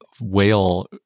whale